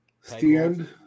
stand